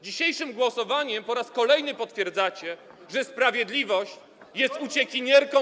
Dzisiejszym głosowaniem po raz kolejny potwierdzacie, że sprawiedliwość jest uciekinierką.